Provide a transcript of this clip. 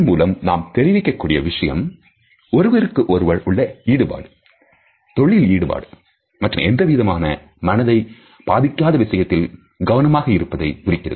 இதன் மூலம் நாம் தெரிவிக்கக் கூடிய விஷயம் ஒருவருக்கொருவர் உள்ள ஈடுபாடு தொழில் ஈடுபாடு மற்றும் எந்தவிதமான மனதை பாதிக்காத விஷயத்தில் கவனமாக இருப்பதைக் குறிக்கும்